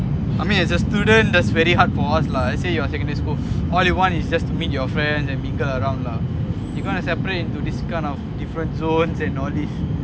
I mean as a student that's very hard for us lah say you secondary school all you want is just to meet your friend then mingle around lah you gonna separate into this kind of different zones all these